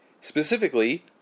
Specifically